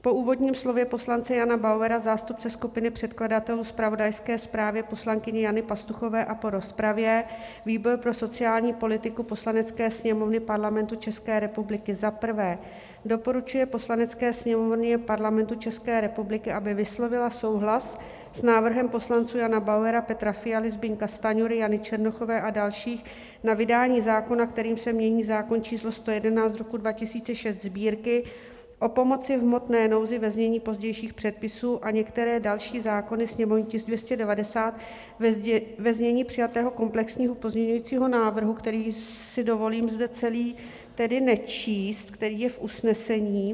Po úvodním slově poslance Jana Bauera, zástupce skupiny předkladatelů, zpravodajské zprávě poslankyně Jany Pastuchové a po rozpravě výbor pro sociální politiku Poslanecké sněmovny Parlamentu České republiky za prvé doporučuje Poslanecké sněmovně Parlamentu České republiky, aby vyslovila souhlas s návrhem poslanců Jana Bauera, Petra Fialy, Zbyňka Stanjury, Jany Černochové a dalších na vydání zákona, kterým se mění zákon č. 111/2006 Sb., o pomoci v hmotné nouzi, ve znění pozdějších předpisů, a některé další zákony, sněmovní tisk 290, ve znění přijatého komplexního pozměňovacího návrhu který si dovolím zde celý tedy nečíst, který je v usnesení.